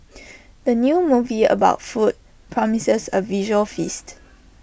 the new movie about food promises A visual feast